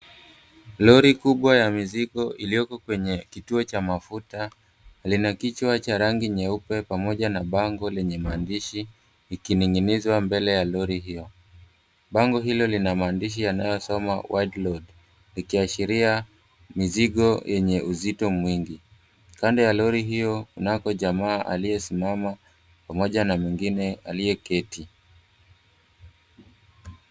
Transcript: Lori kubwa ya mizigo iliyoko kwenye kituo cha mafuta lina kichwa cha rangi nyeupe pamoja na bango lenye maandishi ikining'inizwa mbele ya lori hiyo. Bango hilo lina maandishi yanayosoma "Wide Load" ikiashiria mizigo yenye uzito mwingi. Kando ya lori hiyo kunako jamaa aliyesimama pamoja na mwingine aliyeketi.